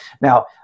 Now